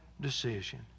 decision